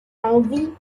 envie